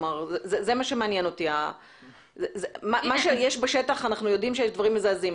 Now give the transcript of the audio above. אנחנו יודעים שיש בשטח דברים מזעזעים,